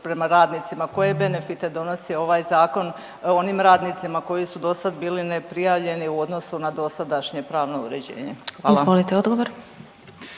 prema radnicima? Koje benefite donosi ovaj Zakon, onim radnicima koji su dosad bili neprijavljeni u odnosu na dosadašnje pravno uređenje? Hvala.